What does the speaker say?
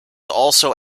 also